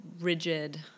rigid